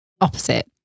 opposite